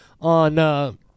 on